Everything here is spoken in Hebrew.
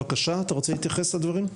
בבקשה, אתה רוצה להתייחס לדברים?